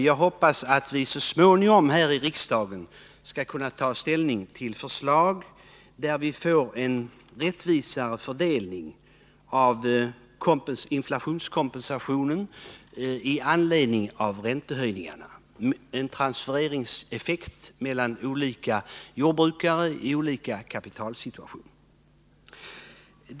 Jag hoppas att vi så småningom här i riksdagen skall kunna ta ställning till förslag om en rättvisare fördelning av inflationskompensationen för räntehöjningarna — en transfereringseffekt mellan olika jordbrukare i olika kapitalsituationer.